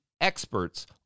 experts